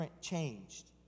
Changed